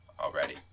already